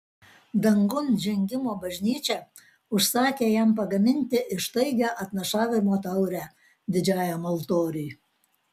dangun žengimo bažnyčia užsakė jam pagaminti ištaigią atnašavimo taurę didžiajam altoriui